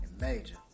Major